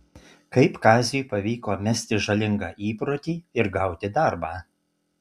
kaip kaziui pavyko mesti žalingą įprotį ir gauti darbą